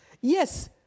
Yes